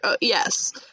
Yes